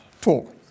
talk